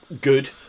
good